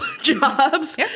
jobs